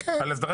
על הסדרת